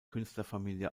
künstlerfamilie